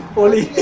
only